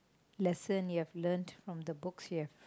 lesson you have learnt from the books you have